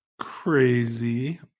crazy